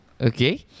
Okay